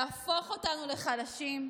להפוך אותנו לחלשים,